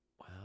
Wow